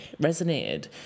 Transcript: resonated